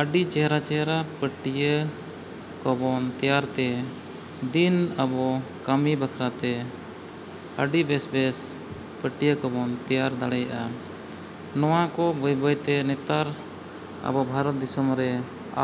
ᱟᱹᱰᱤ ᱪᱮᱦᱨᱟ ᱪᱮᱦᱨᱟ ᱯᱟᱹᱴᱭᱟᱹ ᱠᱚᱵᱚᱱ ᱛᱮᱭᱟᱨ ᱛᱮ ᱫᱤᱱ ᱟᱵᱚ ᱠᱟᱹᱢᱤ ᱵᱟᱠᱷᱨᱟ ᱛᱮ ᱟᱹᱰᱤ ᱵᱮᱥ ᱵᱮᱥ ᱯᱟᱹᱴᱭᱟᱹ ᱠᱚᱵᱚᱱ ᱛᱮᱭᱟᱨ ᱫᱟᱲᱮᱭᱟᱜᱼᱟ ᱱᱚᱣᱟ ᱠᱚ ᱵᱟᱹᱭ ᱵᱟᱹᱭ ᱛᱮ ᱱᱮᱛᱟᱨ ᱟᱵᱚ ᱵᱷᱟᱨᱚᱛ ᱫᱤᱥᱚᱢ ᱨᱮ